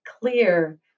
clear